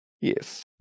Yes